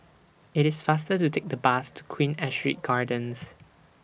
IT IS faster to Take The Bus to Queen Astrid Gardens